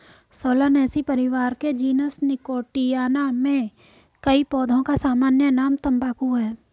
Solanaceae परिवार के genus Nicotiana में कई पौधों का सामान्य नाम तंबाकू है